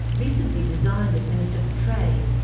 recently resigned as minister for trade,